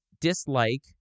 dislike